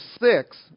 six